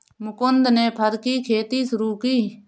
मुकुन्द ने फर की खेती शुरू की